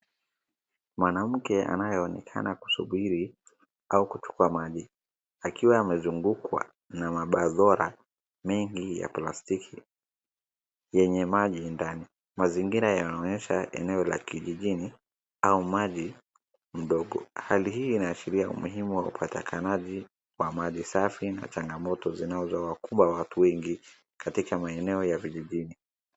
Mwanamke anayeonekana kusubiri au kuchukua maji, akiwa amezungukwa na mabadhora mengi ya plastiki yenye maji ndani. Mazingira yanaonyesha eneo la kijijini au mji mdogo. Hali hii inashiria umuhimu wa upatikanaji wa maji safi na changamoto zinazowakumba watu wengi katika maeneo ya vijijini.